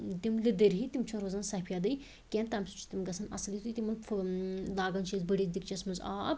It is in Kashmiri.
تِم لِدٕرۍ ہی تِم چھِنہٕ روزان سفیدٕے کیٚنٛہہ تَمہِ سۭتۍ چھِ تِم گژھان اصٕل یُتھٕے تِمن پھُل ٲں لاگان چھِ أسۍ بٔڑِس دیٖگچَس مَنٛز آب